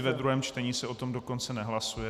Ve druhém čtení se o tom dokonce nehlasuje.